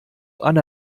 anna